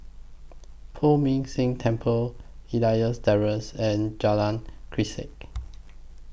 Poh Ming Tse Temple Elias Terrace and Jalan Grisek